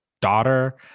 daughter